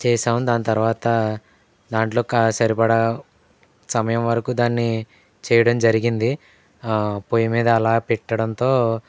చేశాం దాని తర్వాత దాంట్లో క సరిపడా సమయం వరకు దాన్ని చేయడం జరిగింది పొయ్యి మీద అలా పెట్టడంతో